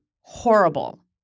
horrible